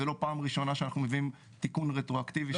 זה לא פעם ראשונה שאנחנו מביאים תיקון רטרואקטיבי.